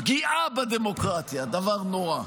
פגיעה בדמוקרטיה, דבר נורא.